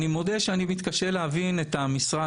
אני מודה שאני מתקשה להבין את המשרד